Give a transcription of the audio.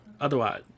Otherwise